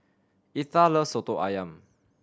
Etha loves Soto Ayam